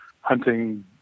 hunting